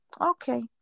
okay